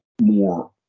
more